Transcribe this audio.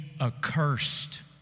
Accursed